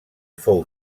fou